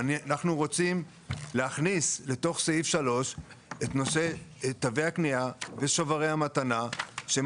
ואנחנו רוצים להכניס לתוך סעיף 3 את נושא תווי הקנייה ושוברי המתנה.